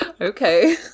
Okay